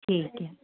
ठीक है